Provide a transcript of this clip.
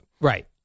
Right